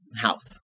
house